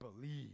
believe